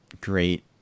great